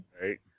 Right